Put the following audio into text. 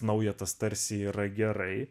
nauja tas tarsi yra gerai